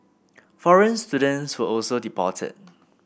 foreign students were also deported